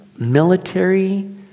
military